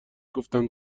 گفتم